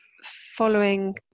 following